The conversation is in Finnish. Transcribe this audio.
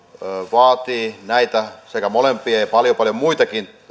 vaatii näitä molempia ja ja paljon paljon muitakin